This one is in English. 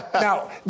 Now